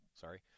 Sorry